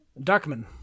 Darkman